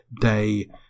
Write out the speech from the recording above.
day